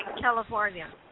California